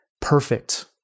perfect